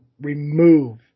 remove